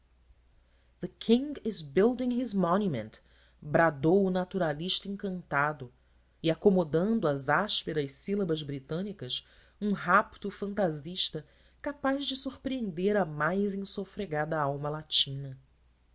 monument bradou o naturalista encantado e acomodando às ásperas sílabas britânicas um rapto fantasista capaz de surpreender a mais insofregada alma latina